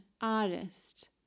artist